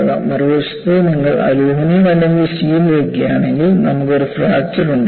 മറുവശത്ത് നിങ്ങൾ അലുമിനിയം അല്ലെങ്കിൽ സ്റ്റീൽ എടുക്കുകയാണെങ്കിൽ നമുക്ക് ഒരു ഫ്രാക്ചർ ഉണ്ടാകും